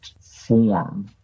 form